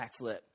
backflip